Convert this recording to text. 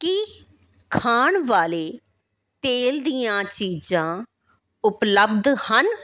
ਕੀ ਖਾਣ ਵਾਲੇ ਤੇਲ ਦੀਆਂ ਚੀਜ਼ਾਂ ਉਪਲੱਬਧ ਹਨ